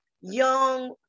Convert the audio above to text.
young